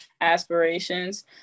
aspirations